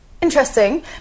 interesting